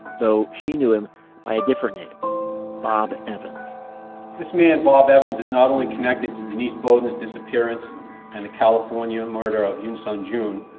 though she knew him by a different name bob evans this man bob evans is not only connected to denise beaudin's disappearance and the california and murder of eunsoon jun,